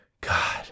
God